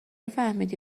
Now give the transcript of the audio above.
فهمیدی